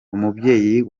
umubyeyi